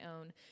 own